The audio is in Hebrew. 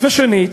ושנית,